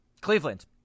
Cleveland